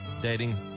Dating